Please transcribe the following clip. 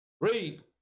Read